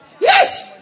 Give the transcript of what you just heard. Yes